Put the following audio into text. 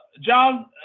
John